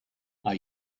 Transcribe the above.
are